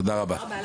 תודה רבה.